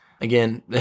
Again